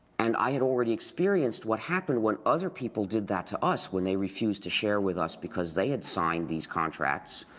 and i had already experienced what happened when other people did that to us, when they refused to share with us. because they had signed these contracts.